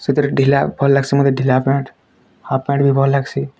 ସେଥିରେ ଢିଲା ଭଲ୍ ଲାଗ୍ସି ମୋତେ ଢିଲା ପ୍ୟାଣ୍ଟ ହାପ୍ ପ୍ୟାଣ୍ଟବି ଭଲ୍ ଲାଗ୍ସି